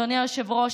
אדוני היושב-ראש,